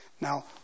Now